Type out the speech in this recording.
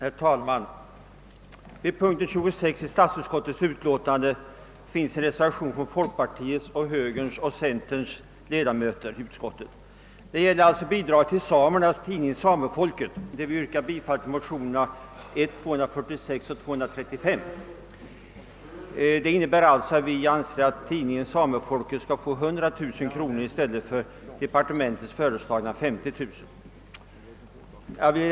Herr talman! Vid förevarande punkt finns en reservation av folkpartiets, högerns och centerns ledamöter i statsutskottet. Den gäller bidraget till samernas tidning Samefolket, och vi reservanter yrkar bifall till de likalydande motionerna I: 246 och II: 350, vari föreslagits att bidraget till tidningen Samefolket skall utgå med 100 000 kronor i stället för av departementschefen föreslagna 50 000 kronor.